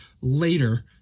later